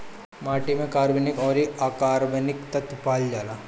माटी में कार्बनिक अउरी अकार्बनिक तत्व पावल जाला